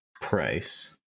price